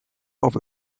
off